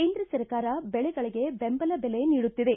ಕೇಂದ್ರ ಸರ್ಕಾರ ಬೆಳೆಗಳಗೆ ಬೆಂಬಲ ಬೆಲೆ ನೀಡುತ್ತಿದೆ